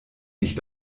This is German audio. nicht